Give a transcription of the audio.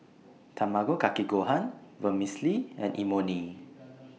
Tamago Kake Gohan Vermicelli and Imoni